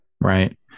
Right